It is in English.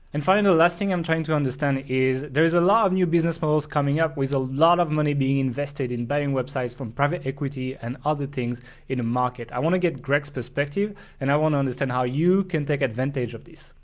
and final last thing i'm trying to understand is there's a lot of new business models coming up with a lot of money being invested in buying websites from private equity and other things in the market. i wanna get greg's perspective and i wanna understand how you can take advantage of this.